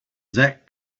zach